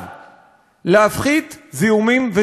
להפחית זיהומים וסיכונים.